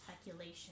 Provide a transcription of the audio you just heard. speculation